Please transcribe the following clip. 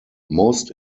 most